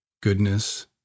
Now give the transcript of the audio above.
goodness